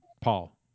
Paul